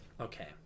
Okay